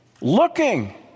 looking